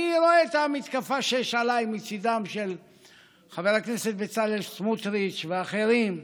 אני רואה את המתקפה שיש עליי מצידם של חבר הכנסת בצלאל סמוטריץ' ואחרים,